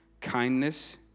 kindness